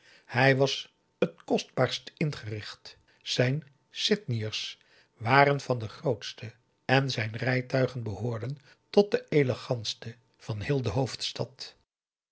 hij was het kostbaarst ingericht zijn sydneyers waren van de grootste en zijn rijtuigen behoorden tot de elegantste van heel de hoofdstad